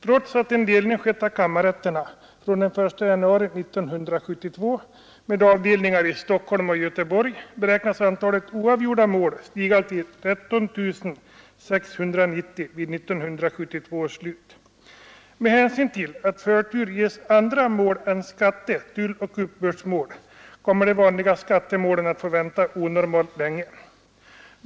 Trots att en delning skett av kammarrätterna från den 1 januari 1972 med avdelningar i Stockholm och Göteborg, beräknas antalet oavgjorda mål stiga till 13 690 vid 1972 års slut. Med hänsyn till att förtur ges andra mål än skatte-, tulloch uppbördsmål kommer de vanliga skattemålen att få vänta onormalt länge.